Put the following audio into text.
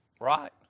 Right